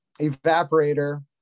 evaporator